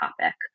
topic